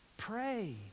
Pray